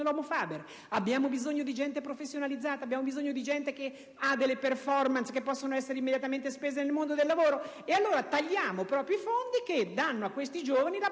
dell'*homo faber*. Abbiamo bisogno di gente professionalizzata, di gente che ha delle *performance* che possono essere immediatamente spese nel mondo del lavoro. Ebbene, tagliamo proprio i fondi che danno a questi giovani la